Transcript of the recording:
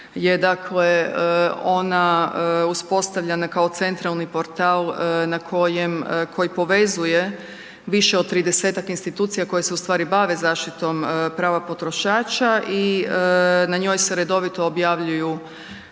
je dakle, ona uspostavljena kao centralni portal koji povezuje više od 30-tak institucija koje se ustvari bave zaštitom prava potrošača i na njoj se redovito objavljuju